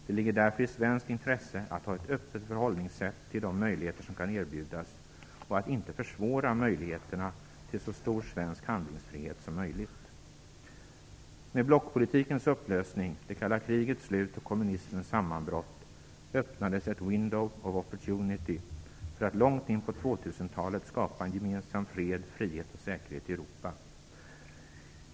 Det ligger därför i svenskt intresse att ha ett öppet förhållningssätt till de möjligheter som kan erbjudas och att inte försvåra möjligheterna till så stor svensk handlingsfrihet som möjligt. Med blockpolitikens upplösning, det kalla krigets slut och kommunismens sammanbrott öppnades ett "window of opportunity" för att långt in på 2000-talet skapa gemensam fred, frihet och säkerhet i Europa.